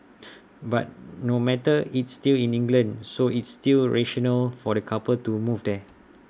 but no matter it's still in England so it's still rational for the couple to move there